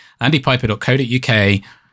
andypiper.co.uk